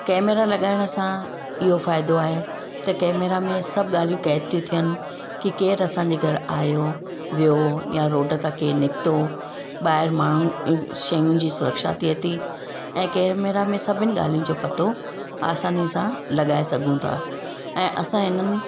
camera लॻाइण सां इहो फ़ाइदो आहे त कैमरा में सभु ॻाल्हियूं कैद थियूं थियनि कि केरु असांजे घर आयो वियो या रोड तां केरु निकितो ॿाहिरि माण्हुनि शयुनि जी सुरक्षा थिए थी ऐं कैमरा में सभिनि ॻाल्हिनि जो पतो आसानी सां लॻाए सघूं था ऐं असां इन्हनि